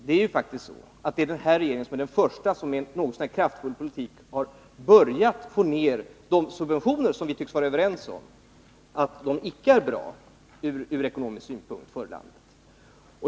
Den här regeringen är faktiskt den första som med något så när kraftfull politik har börjat få ned de subventioner som vi tycks vara överens om icke är bra för landet ur ekonomisk synpunkt.